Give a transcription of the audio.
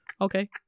okay